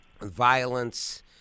violence